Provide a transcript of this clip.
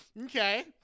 Okay